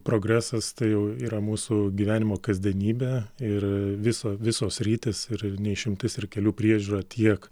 progresas tai jau yra mūsų gyvenimo kasdienybė ir viso visos sritys ir ne išimtis ir kelių priežiūra tiek